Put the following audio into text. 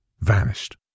vanished